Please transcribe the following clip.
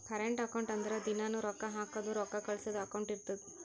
current account ಅಂದುರ್ ದಿನಾನೂ ರೊಕ್ಕಾ ಹಾಕದು ರೊಕ್ಕಾ ಕಳ್ಸದು ಅಕೌಂಟ್ ಇರ್ತುದ್